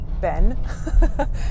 Ben